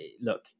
look